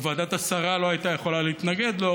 או ועדת השרה לא הייתה יכולה להתנגד לו,